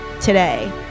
today